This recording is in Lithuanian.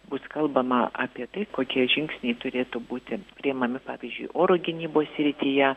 bus kalbama apie tai kokie žingsniai turėtų būti priimami pavyzdžiui oro gynybos srityje